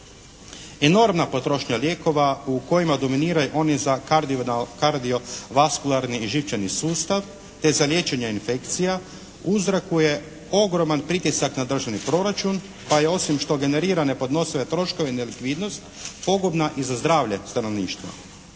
Enormna potrošnja lijekova u kojima dominiraju oni za kardiovaskularni i živčani sustav te za liječenje infekcija uzrokuje ogroman pritisak na državni proračun pa i osim što generira nepodnosive troškove nelikvidnost, pogubna i za zdravlje stanovništva.